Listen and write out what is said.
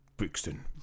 Brixton